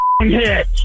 hit